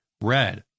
red